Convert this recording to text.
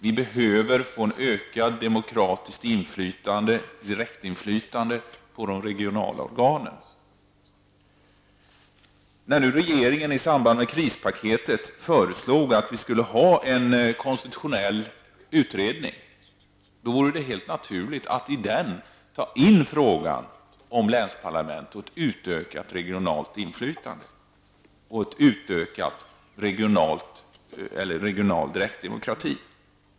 Vi behöver få ett ökat demokratiskt direktinflytande på de regionala organen. Regeringen föreslog i samband med krispaketet att det skulle tillsättas en konstitutionell utredning. Det vore därför naturligt att denna utredning fick utreda frågan om länsparlament, ett utökat regionalt inflytande och en utökad regional direktdemokrati.